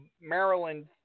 Maryland